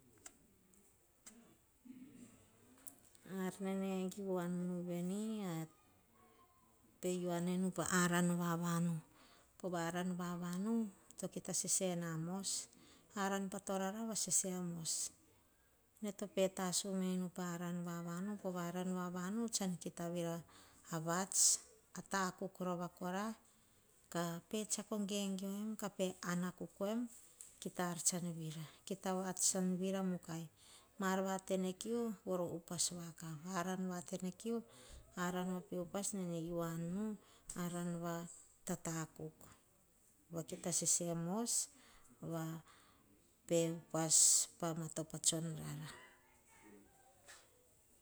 ar nene giu an nu veni, pei u na pa ma aran vavanu. Pona aran vavanu, to ke kita sesena mos aran patorara vaseses amos. Nor tope tasu nu meinu pa aran vavanu tsan kita viora avats, a takuk rova kora, ka pe tsiako gegeo ka pe ana po koem kita ar tsam vira. Kita vats en vira mukai maar va tenekiu, vora upas vakavara en va tenekiu, aran no pi upas nenei u vanu aran va tata kuk. Vake ta sesemos, va pe upas pa mata patsono rara.